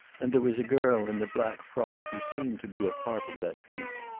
and there was a girl in a black frock who seemed to be a part of that peace.